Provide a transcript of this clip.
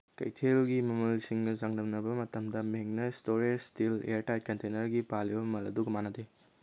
ꯀꯩꯊꯦꯜꯒꯤ ꯃꯃꯜꯁꯤꯡꯅ ꯆꯥꯡꯗꯝꯅꯕ ꯃꯇꯝꯗ ꯃꯦꯒꯅꯁ ꯏꯁꯇꯣꯔꯦꯖ ꯏꯁꯇꯤꯜ ꯏꯌꯔ ꯇꯥꯏꯠ ꯀꯟꯇꯦꯅꯔꯒꯤ ꯄꯥꯜꯂꯤꯕ ꯃꯃꯜ ꯑꯗꯨꯒ ꯃꯥꯟꯅꯗꯦ